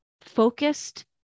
focused